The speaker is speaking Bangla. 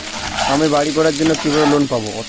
আমি বাড়ি করার জন্য কিভাবে লোন পাব?